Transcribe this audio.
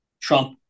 Trump